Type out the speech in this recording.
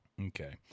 Okay